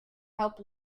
help